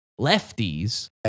lefties